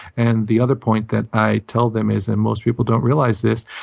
and the other point that i tell them is, and most people don't realize this,